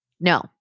No